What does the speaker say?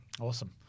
Awesome